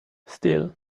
still